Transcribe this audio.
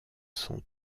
sont